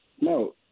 No